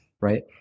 right